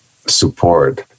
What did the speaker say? support